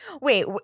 wait